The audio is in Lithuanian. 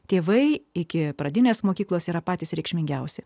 tėvai iki pradinės mokyklos yra patys reikšmingiausi